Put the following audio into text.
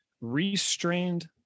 restrained